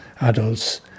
adults